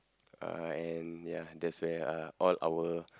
uh and ya that's uh where all our